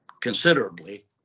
considerably